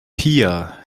pia